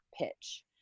pitch